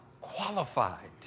qualified